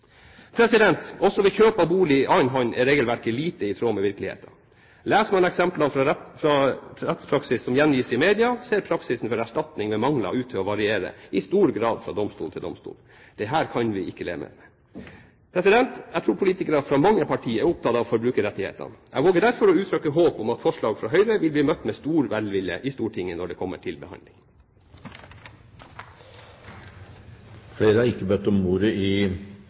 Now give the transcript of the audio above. Også ved kjøp av bolig i annen hånd er regelverket lite i tråd med virkeligheten. Leser man eksemplene fra rettspraksis som gjengis i media, ser praksisen for erstatning ved mangler ut til å variere i stor grad fra domstol til domstol. Dette kan vi ikke leve med. Jeg tror politikere fra mange partier er opptatt av forbrukerrettighetene. Jeg våger derfor å uttrykke håp om at forslaget fra Høyre vil bli møtt med stor velvilje i Stortinget når det kommer til behandling. Flere har ikke bedt om ordet til sak nr. 5. Denne saken dreier seg om endringsforslag i tre lover, for det første i